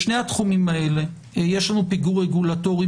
בשני התחומים האלה יש לנו פיגור רגולטורי